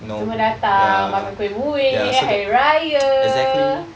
jemput datang makan kuih-muih hari raya